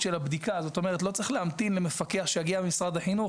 של הבדיקה לא צריך להמתין למפקח שיגיע ממשרד החינוך